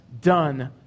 done